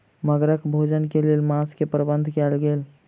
मगरक भोजन के लेल मांस के प्रबंध कयल गेल